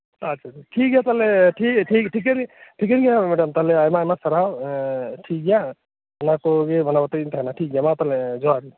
ᱟᱪᱷᱟ ᱟᱪᱷᱟ ᱴᱷᱤᱠᱜᱮᱭᱟ ᱛᱟᱦᱚᱞᱮ ᱴᱷᱤᱠᱟᱹᱱ ᱜᱮᱭᱟ ᱛᱟᱦᱚᱞᱮ ᱢᱮᱰᱟᱢ ᱟᱭᱢᱟ ᱟᱭᱢᱟ ᱥᱟᱨᱦᱟᱣ ᱴᱷᱤᱠᱜᱮᱭᱟ ᱚᱱᱟᱠᱩᱜᱤ ᱢᱟᱱᱟᱣ ᱠᱟᱛᱮᱜ ᱜᱤᱧ ᱛᱟᱦᱮᱱᱟ ᱡᱚᱦᱟᱨ